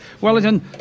Wellington